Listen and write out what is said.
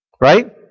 Right